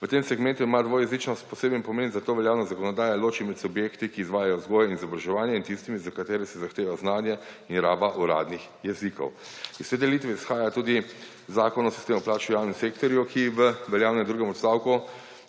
V tem segmentu ima dvojezičnost poseben pomen, zato veljavna zakonodaja loči med subjekti, ki izvajajo vzgojo in izobraževanje, in tistimi, za katere se zahteva znanje in raba uradnih jezikov. Iz te delitve izhaja tudi Zakon o sistemu plač v javnem sektorju, ki v veljavnem drugem odstavku